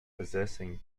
possessing